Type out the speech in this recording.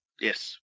Yes